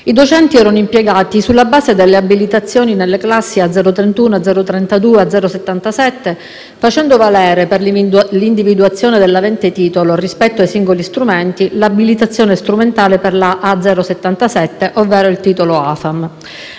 i docenti erano impiegati sulla base delle abilitazioni nelle classi A031, A032, A077, facendo valere, per l'individuazione dell'avente titolo rispetto ai singoli strumenti, l'abilitazione strumentale per la A077, ovvero il titolo Afam